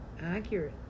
Accurate